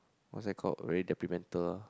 what's that called very deprimental